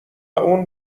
اون